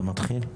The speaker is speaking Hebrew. אתה מתחיל?